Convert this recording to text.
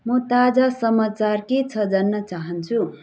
म ताजा समाचार के छ जान्न चाहन्छु